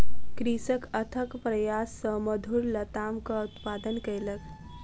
कृषक अथक प्रयास सॅ मधुर लतामक उत्पादन कयलक